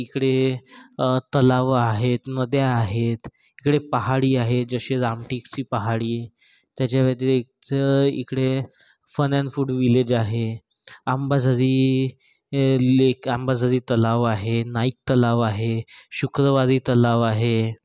इकडे तलावं आहेत नद्या आहेत इकडे पहाडी आहेत जसे रामटेकडी पहाडी त्याच्या व्यतिरिक्त इकडे फन अँड फूड व्हिलेज आहे अंबाझरी हे लेक अंबाझरी तलाव आहे नाईक तलाव आहे शुक्रवारी तलाव आहे